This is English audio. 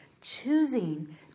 choosing